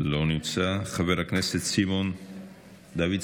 לא נמצא, חבר הכנסת סימון דוידסון,